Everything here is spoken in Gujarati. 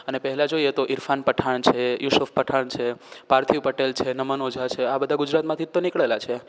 અને પહેલા જોઈએ તો ઈરફાન પઠાન છે યુસુફ પઠાન છે પાર્થિવ પટેલ છે નમન ઓઝા છે આ બધા ગુજરાતમાંથી જ તો નીકળેલા છે